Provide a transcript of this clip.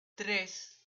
tres